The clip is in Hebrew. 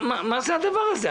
מה זה הדבר הזה?